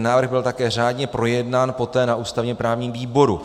Návrh byl také poté řádně projednán na ústavněprávním výboru.